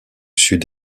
sud